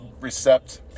recept